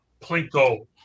Plinko